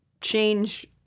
change